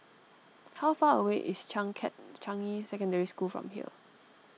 how far away is Changkat Changi Secondary School from here